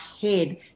head